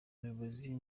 umuyobozi